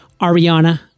Ariana